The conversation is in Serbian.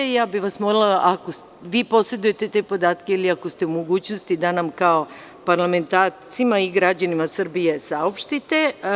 Molila bih vas, ako posedujete te podatke ili ako ste u mogućnosti da nam kao parlamentarcima i građanima Srbije saopštite.